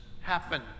happen